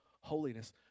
holiness